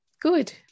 Good